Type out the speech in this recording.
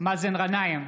מאזן גנאים,